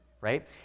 right